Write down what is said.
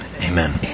Amen